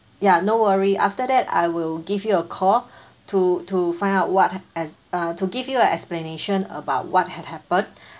ya no worry after that I will give you a call to to find out what as uh to give you a explanation about what had happened